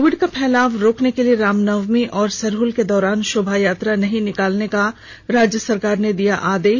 Covid का फैलाव रोकने के लिए रामनवमी और सरहुल के दौरान शोभा यात्रा नहीं निकालने का राज्य सरकार ने दिया आदेश